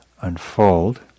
unfold